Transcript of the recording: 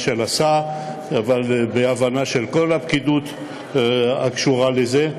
של השר ואת ההבנה של כל הפקידות הקשורה לזה,